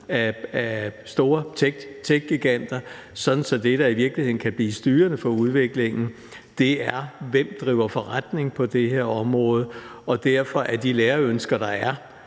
af store techgiganter, sådan at det, der i virkeligheden kan blive styrende for udviklingen, er, hvem der driver forretning på det her område. Derfor er de lærerønsker, der er,